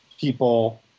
people